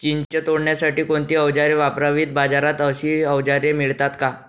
चिंच तोडण्यासाठी कोणती औजारे वापरावीत? बाजारात अशी औजारे मिळतात का?